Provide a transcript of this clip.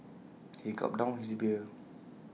he gulped down his beer